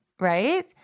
right